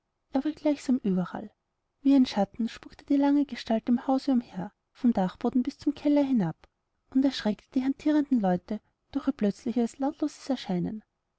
er war gleichsam überall wie ein schatten spukte die lange gestalt im hause umher vom dachboden bis zum keller hinab und erschreckte die hantierenden leute durch ihr plötzliches lautloses erscheinen